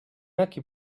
equip